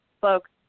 folks